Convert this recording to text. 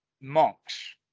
monks